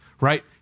right